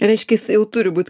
reiškias jau turi būt